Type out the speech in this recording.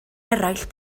eraill